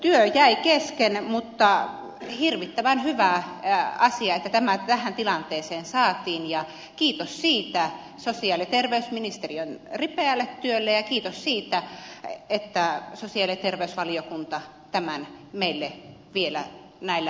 työ jäi kesken mutta hirvittävän hyvä asia että tämä tähän tilanteeseen saatiin ja kiitos siitä sosiaali ja terveysministeriön ripeälle työlle ja kiitos siitä että sosiaali ja terveysvaliokunta tämän meille vielä näillä valtiopäivällä toi